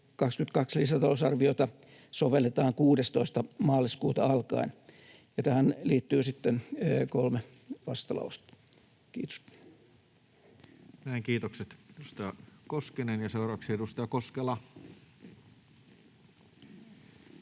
2022 lisätalousarviota sovelletaan 16. maaliskuuta alkaen. Tähän liittyy sitten kolme vastalausetta. — Kiitos. Näin, kiitokset edustaja Koskinen. — Ja seuraavaksi edustaja Koskela.